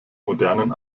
modernen